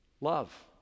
love